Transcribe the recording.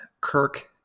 kirk